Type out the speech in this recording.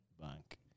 bank